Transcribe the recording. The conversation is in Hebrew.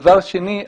דבר שני,